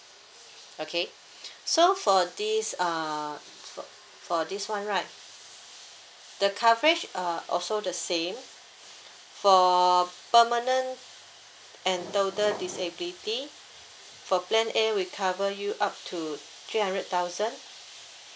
okay so for this uh for for this [one] right the coverage uh also the same for permanent and total disability for plan A we cover you up to three hundred thousand